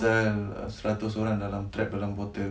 pasal seratus orang dalam trap dalam bottle